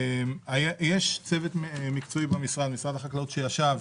יש צוות מקצועי במשרד החקלאות שישב